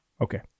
Okay